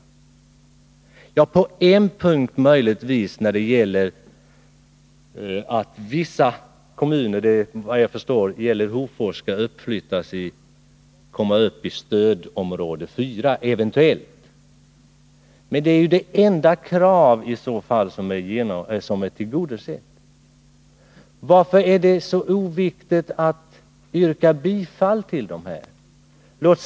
Möjligtvis är det så på en punkt, nämligen när det gäller att vissa kommuner — såvitt jag förstår avser det Hofors — eventuellt skall komma upp i stödområde 4, men det är i så fall det enda krav som är tillgodosett. Varför är det så oviktigt att yrka bifall till dessa motioner?